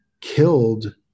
killed